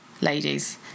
ladies